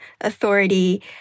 authority